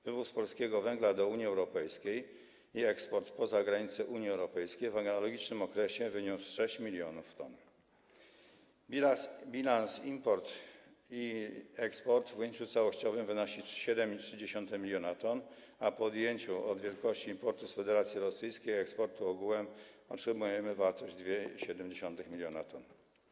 Wywóz polskiego węgla do Unii Europejskiej i eksport poza granice Unii Europejskiej w analogicznym okresie wyniósł 6 mln t. Bilans: import i eksport w ujęciu całościowym wynosi 7,3 mln t, a po odjęciu od wielkości importu z Federacji Rosyjskiej eksportu ogółem otrzymujemy wartość 2,7 mln t.